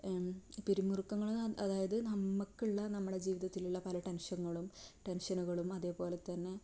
പിരിമുറുക്കങ്ങൾ അതായത് നമുക്കുള്ള നമ്മുടെ ജീവിതത്തിലുള്ള പല ടെൻഷനുകളും ടെൻഷനുകളും അതേപോലെ തന്നെ